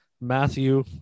matthew